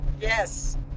Yes